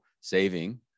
saving